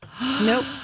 nope